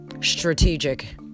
strategic